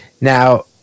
Now